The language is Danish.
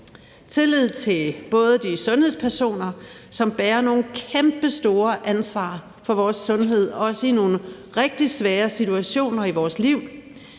tillid til de sundhedspersoner, som bærer nogle kæmpestore ansvar for vores sundhed, også i nogle rigtig svære situationer i vores liv,